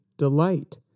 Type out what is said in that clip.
Delight